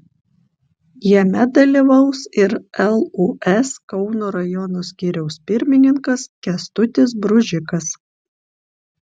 jame dalyvaus ir lūs kauno rajono skyriaus pirmininkas kęstutis bružikas